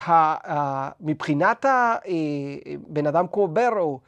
‫מבחינת הבן אדם קוברו.